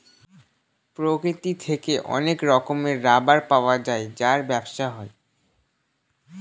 প্রকৃতি থেকে অনেক রকমের রাবার পাওয়া যায় যার ব্যবসা হয়